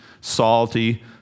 salty